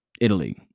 Italy